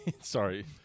sorry